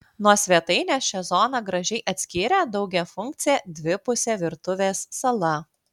nuo svetainės šią zoną gražiai atskyrė daugiafunkcė dvipusė virtuvės sala